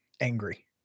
angry